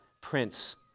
prince